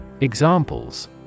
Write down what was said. Examples